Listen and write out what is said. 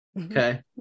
okay